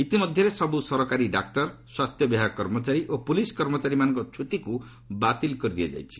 ଇତିମଧ୍ୟରେ ସବୁ ସରକାରୀ ଡାକ୍ତର ସ୍ୱାସ୍ଥ୍ୟବିଭାଗ କର୍ମଚାରୀ ଓ ପୁଲିସ୍ କର୍ମଚାରୀମାନଙ୍କ ଛୁଟିକୁ ବାତିଲ କରିଦିଆଯାଇଛି